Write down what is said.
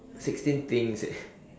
sixteen things eh